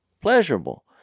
pleasurable